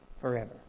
forever